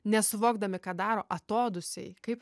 nesuvokdami ką daro atodūsiai kaip